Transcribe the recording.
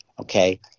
okay